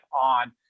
on